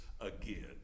again